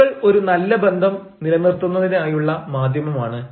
കത്തുകൾ ഒരു നല്ല ബന്ധം നിലനിർത്തുന്നതിനായുള്ള മാധ്യമമാണ്